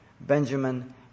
Benjamin